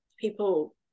people